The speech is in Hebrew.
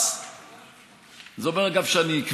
אגב,